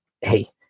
hey